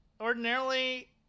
ordinarily